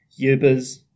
Ubers